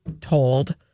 told